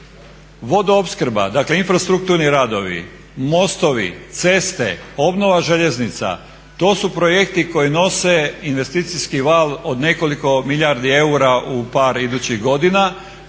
Vodoopskrba, dakle infrastrukturni radovi, mostovi, ceste, obnova željeznica to su projekti koji nose investicijski val od nekoliko milijardi eura u par idućih godina